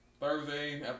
Thursday